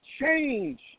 change